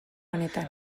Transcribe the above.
honetan